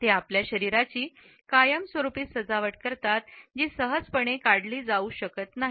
ते आपल्या शरीराची कायमस्वरूपी सजावट करतात जी सहजपणे काढली जाऊ शकत नाही